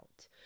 out